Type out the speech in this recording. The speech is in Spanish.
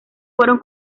fueron